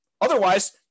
Otherwise